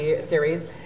series